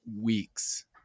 weeks